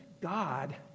God